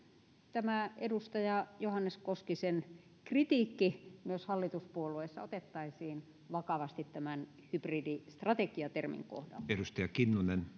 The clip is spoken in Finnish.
tämä edustaja johannes koskisen kritiikki myös hallituspuolueissa otettaisiin vakavasti tämän hybridistrategia termin kohdalla